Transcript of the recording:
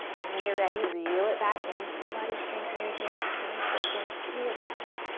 and when you're ready, reel it back in. full body strength near here, stay focused. do your best.